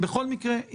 בכל מקרה,